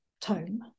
tone